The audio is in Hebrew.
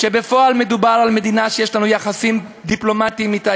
כשבפועל מדובר על מדינה שיש לנו יחסים דיפלומטיים אתה,